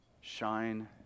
shine